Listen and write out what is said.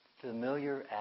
familiar